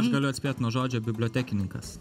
aš galiu atspėt nuo žodžio bibliotekininkas